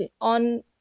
on